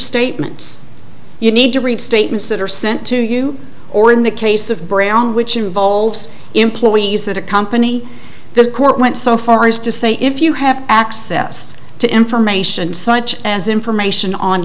statements you need to read statements that are sent to you or in the case of brown which involves employees that accompany the court went so far as to say if you have access to information such as information on